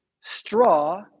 straw